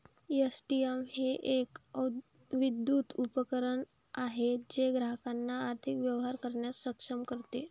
ATM हे एक विद्युत उपकरण आहे जे ग्राहकांना आर्थिक व्यवहार करण्यास सक्षम करते